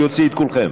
אני אוציא את כולכם.